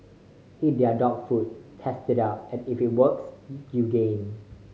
eat their dog food test it out and if it works you gain